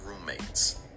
roommates